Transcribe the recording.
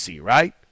right